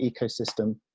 ecosystem